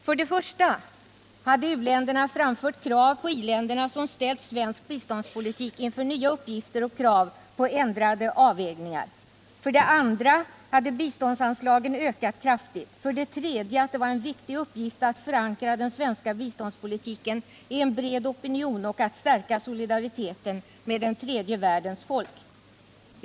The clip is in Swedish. För det första hade u-länderna framfört krav på i-länderna, som ställt svensk biståndspolitik inför nya uppgifter och krav på ändrade avvägningar. För det andra hade biståndsanslagen ökat kraftigt. För det tredje var det en viktig uppgift att förankra den svenska biståndspolitiken i en bred opinion och att stärka solidariteten med den tredje världens folk.